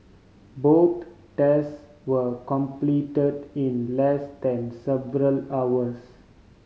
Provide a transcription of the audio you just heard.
both test were completed in less than seven hours